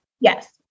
Yes